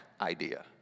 idea